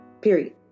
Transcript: period